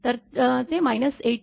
तर ते 0